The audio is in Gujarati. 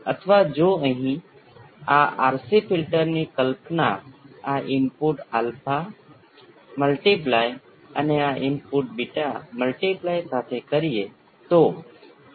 હવે જો તમે આ સમીકરણને તેની સાથે સરખાવો છો તો સૌ પ્રથમ જમણી બાજુ અલગ છે પરંતુ તમે ઇનપુટ ક્યાં લાગુ કરો છો અને કયા ચલને તમે આઉટપુટ ગણો છો તેના પર નિર્ભર હોય તેવા બહુ પરિણામ નથી